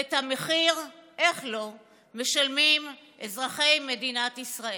ואת המחיר, איך לא, משלמים אזרחי מדינת ישראל.